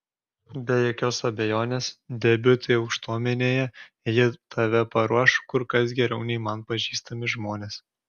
be jokios abejonės debiutui aukštuomenėje ji tave paruoš kur kas geriau nei man pažįstami žmonės